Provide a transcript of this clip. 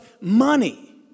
money